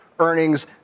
Earnings